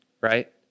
right